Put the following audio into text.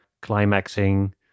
climaxing